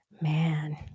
man